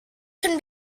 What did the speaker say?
can